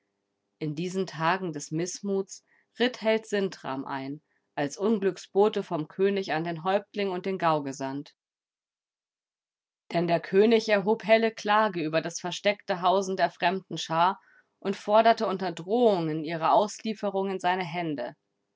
in diesen tagen des mißmuts ritt held sintram ein als unglücksbote vom könig an den häuptling und den gau gesandt denn der könig erhob helle klage über das versteckte hausen der fremden schar und forderte unter drohungen ihre auslieferung in seine hände